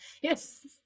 yes